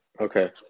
Okay